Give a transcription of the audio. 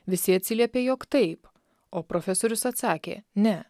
visi atsiliepė jog taip o profesorius atsakė ne